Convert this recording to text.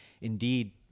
indeed